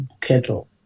kettle